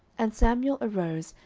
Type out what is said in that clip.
and samuel arose,